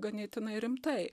ganėtinai rimtai